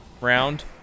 round